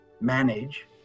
manage